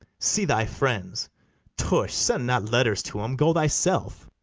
see thy friends tush, send not letters to em go thyself,